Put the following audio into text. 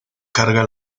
carga